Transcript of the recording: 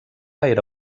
era